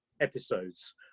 episodes